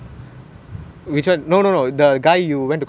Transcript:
ya is a is like a malay guy lah